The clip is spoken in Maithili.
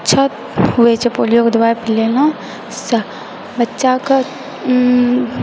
अच्छा हुए छै पोलियोके दवाइ पिलाना बच्चाकेँ